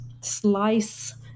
slice